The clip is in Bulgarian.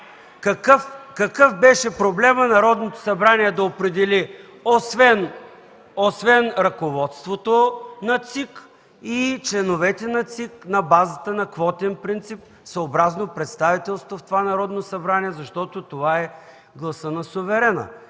Какъв беше проблемът Народното събрание да определи освен ръководството на ЦИК, и членовете на ЦИК на базата на квотен принцип съобразно представителството в това Народно събрание, защото това е гласът на суверена?